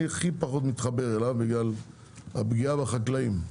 הכי פחות מתחבר אליו בגלל הפגיעה בחקלאים,